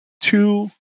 Two